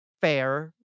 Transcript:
fair